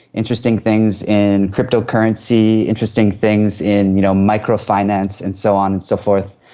interesting things in cryptocurrency, interesting things in you know micro-finance and so on and so forth.